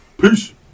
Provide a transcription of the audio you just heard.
Peace